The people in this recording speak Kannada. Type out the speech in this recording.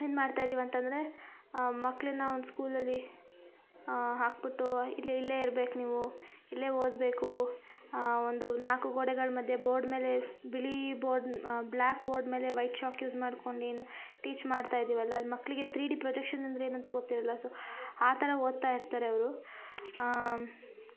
ಏನು ಮಾಡ್ತಯಿದೀವಿ ಅಂತಂದರೆ ಆ ಮಕ್ಕಳನ್ನ ಒಂದು ಸ್ಕೂಲಲ್ಲಿ ಹಾಕ್ಬುಟ್ಟು ಇಲ್ಲಿ ಇಲ್ಲೇ ಇರ್ಬೇಕು ನೀವು ಇಲ್ಲೆ ಓದಬೇಕು ಒಂದು ನಾಲ್ಕು ಗೋಡೆಗಳ ಮಧ್ಯೆ ಬೋರ್ಡ್ ಮೇಲೆ ಬಿಳೀ ಬೋರ್ಡ್ ಬ್ಲ್ಯಾಕ್ ಬೋರ್ಡ್ ಮೇಲೆ ವೈಟ್ ಚಾಕ್ ಯೂಸ್ ಮಾಡ್ಕೊಂಡು ಏನು ಟೀಚ್ ಮಾಡ್ತಯಿದೀವಲ್ಲ ಅಲ್ಲ ಮಕ್ಕಳಿಗೆ ತ್ರೀಡಿ ಪ್ರೊಜೆಕ್ಷನ್ ಅಂದ್ರ ಏನಂತ ಗೊತ್ತಿರಲ್ಲ ಸೊ ಆ ಥರ ಓದ್ತಾ ಇರ್ತಾರೆ ಅವರು